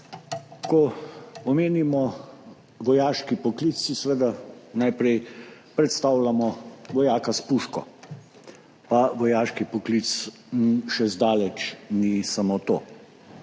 Ko omenimo vojaški poklic, si seveda najprej predstavljamo vojaka s puško, pa vojaški poklic še zdaleč ni samo to.